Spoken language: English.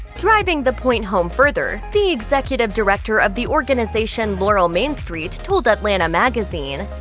driving the point home further, the executive director of the organization laurel main street, told atlanta magazine,